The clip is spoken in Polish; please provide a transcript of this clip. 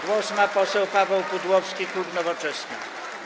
Głos ma poseł Paweł Pudłowski, klub Nowoczesna.